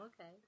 okay